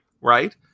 right